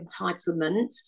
entitlement